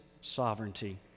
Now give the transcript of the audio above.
sovereignty